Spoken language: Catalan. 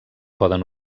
poden